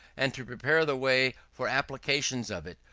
and to prepare the way for applications of it,